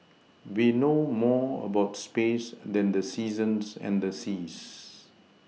we know more about space than the seasons and the seas